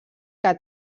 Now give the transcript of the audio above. que